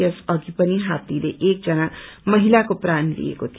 यस अघि पनि हात्तीले एक जना महिलाको प्राण लिएको थियो